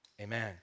Amen